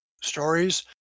stories